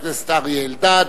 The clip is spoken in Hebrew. חבר הכנסת אריה אלדד,